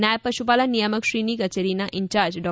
નાયબ પશુપાલન નિયામકની કચેરીના ઈનચાર્જ ડો